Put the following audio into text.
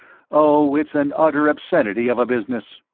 oh, it's an utter obscenity of a business!